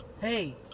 Hey